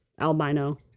albino